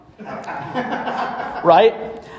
Right